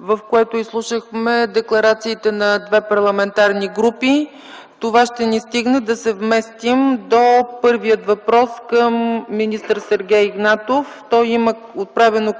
в което изслушахме декларациите на две парламентарни групи. Това ще ни стигне да се вместим до първия въпрос към министър Сергей Игнатов. Към него има отправено